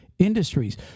industries